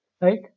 right